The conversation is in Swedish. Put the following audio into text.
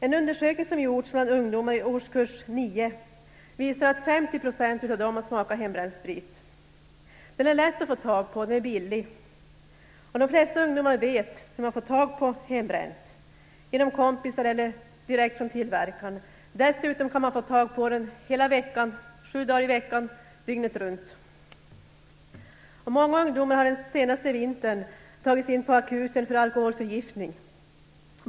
En undersökning som gjorts bland ungdomar i årskurs 9 visar att 50 % har smakat hembränd sprit. Den är lätt att få tag på och den är billig. De flesta ungdomar vet hur man får ta på hembränt, genom kompisar eller direkt från tillverkaren. Dessutom får man det sju dagar i veckan, dygnet runt. Många ungdomar har den senaste vintern tagits in på akuten för alkoholförgiftning.